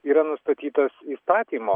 yra nustatytas įstatymo